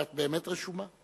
אבל את באמת רשומה.